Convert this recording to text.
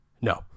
no